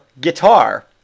guitar